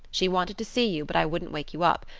she wanted to see you, but i wouldn't wake you up.